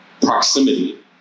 Proximity